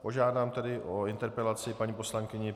Požádám tedy o interpelaci paní poslankyni...